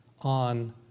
on